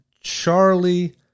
Charlie